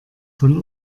von